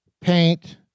paint